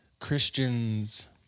Christians